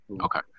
Okay